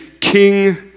king